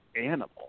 animal